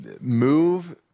move